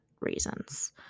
reasons